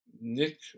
Nick